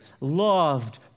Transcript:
loved